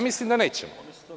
Mislim da nećemo.